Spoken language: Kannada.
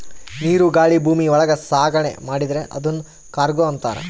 ನೀರು ಗಾಳಿ ಭೂಮಿ ಒಳಗ ಸಾಗಣೆ ಮಾಡಿದ್ರೆ ಅದುನ್ ಕಾರ್ಗೋ ಅಂತಾರ